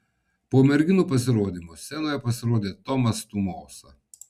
po merginų pasirodymo scenoje pasirodė tomas tumosa